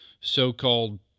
so-called